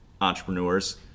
entrepreneurs